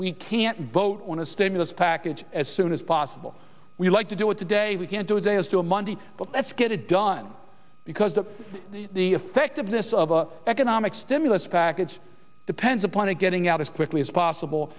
we can't vote on a stimulus package as soon as possible we like to do it today we can't do a day as do a monday but let's get it done because the the effectiveness of the economic stimulus package depends upon it getting out as quickly as possible